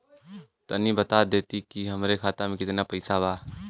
तनि बता देती की हमरे खाता में कितना पैसा बा?